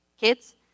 Kids